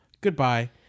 Goodbye